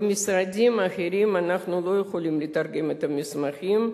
במשרדים אחרים אנחנו לא יכולים לתרגם את המסמכים,